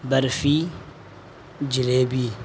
barfi jalebi